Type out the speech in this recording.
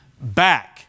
back